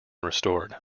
restored